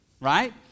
right